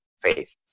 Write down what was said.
faith